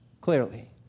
clearly